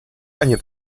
ani